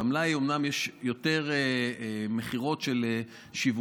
במלאי אומנם יש יותר מכירות של שיווקים,